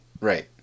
Right